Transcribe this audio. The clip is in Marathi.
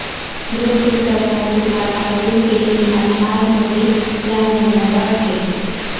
ग्रेपफ्रूटचा तुकडा बाहेरून केशरी आणि आतमध्ये लाल रंगाचा असते